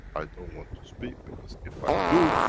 i don't want to speak, because if i do,